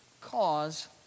cause